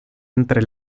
entre